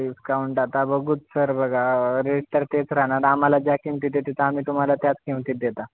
discount आता बघूच sir बघा रेडटर तेच राहणार आम्हाला ज्या किमतीत देते तर आम्ही तुम्हाला त्याच किमतीत देतो